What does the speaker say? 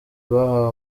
bahawe